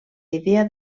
idea